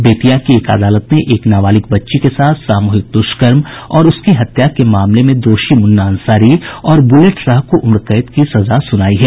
बेतिया की एक अदालत ने एक नाबालिग बच्ची के साथ सामूहिक दुष्कर्म और उसकी हत्या के मामले में दोषी मुन्ना अंसारी और बुलेट साह को उम्र कैद की सजा सुनायी है